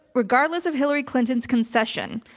regardless of hillary clinton's concession,